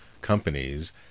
companies